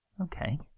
Okay